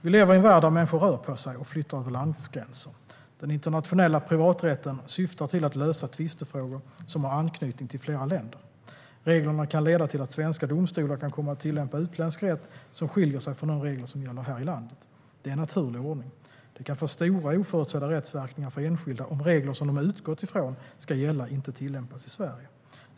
Vi lever i en värld där människor rör på sig och flyttar över landsgränser. Den internationella privaträtten syftar till att lösa tvistefrågor som har anknytning till flera länder. Reglerna kan leda till att svenska domstolar kan komma att tillämpa utländsk rätt som skiljer sig från de regler som gäller här i landet. Det är en naturlig ordning. Det kan få stora och oförutsedda rättsverkningar för enskilda om regler som de utgått från ska gälla inte tillämpas i Sverige.